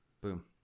boom